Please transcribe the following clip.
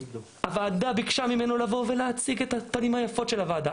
הוועדה ביקשה ממנו לבוא ולהציג את הפנים היפות של הוועדה.